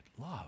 love